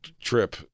trip